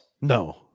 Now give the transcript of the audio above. No